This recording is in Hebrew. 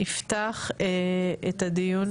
ויפתח את הדיון